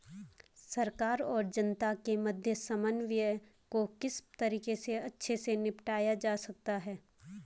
सरकार और जनता के मध्य समन्वय को किस तरीके से अच्छे से निपटाया जा सकता है?